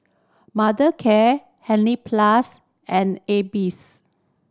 Mothercare Hansaplast and AIBIs